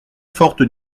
forte